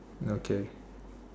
okay okay